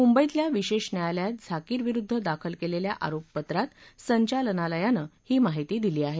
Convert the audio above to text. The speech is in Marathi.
मुंबईतल्या विशेष न्यायालयात झाकीर विरुद्ध दाखल केलेल्या आरोपपत्रात संचालनालयानं ही माहिती दिली आहे